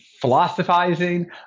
philosophizing